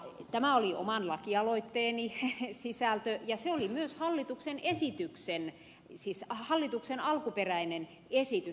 tämä oli oman lakialoitteeni sisältö ja se oli myös hallituksen alkuperäinen esitys